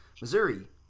Missouri